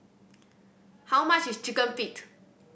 how much is Chicken Feet